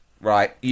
Right